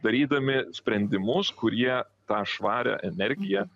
darydami sprendimus kurie tą švarią energiją